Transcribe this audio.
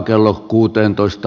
arvoisa puhemies